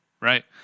Right